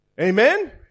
Amen